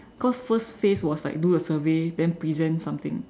cause first phase was like do a survey then present something